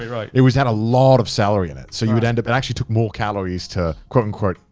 yeah right. it would have a lot of celery in it. so you would end up, it actually took more calories to, quote unquote,